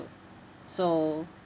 so